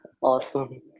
Awesome